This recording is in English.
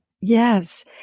Yes